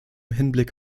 hinblick